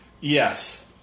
Yes